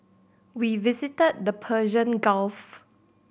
we visited the Persian Gulf